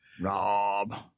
Rob